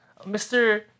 Mr